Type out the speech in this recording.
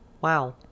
wow